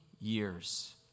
years